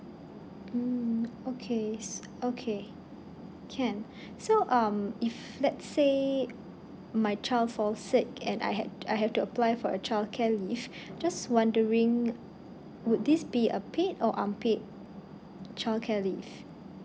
mm okay s~ okay can so um if let's say my child fall sick and I had I have to apply for a childcare leave just wondering would this be a paid or unpaid childcare leave